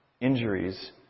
injuries